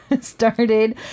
started